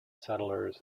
settlers